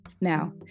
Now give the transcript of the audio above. Now